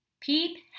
Peep